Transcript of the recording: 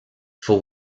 for